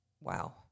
wow